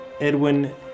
Edwin